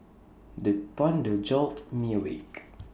the thunder jolt me awake